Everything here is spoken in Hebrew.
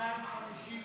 שלוש דקות לרשותך.